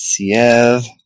Siev